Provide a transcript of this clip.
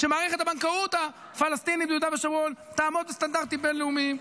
שמערכת הבנקאות הפלסטינית ביהודה ושומרון תעמוד בסטנדרטים בין-לאומיים.